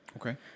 Okay